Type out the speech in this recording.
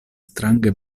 strange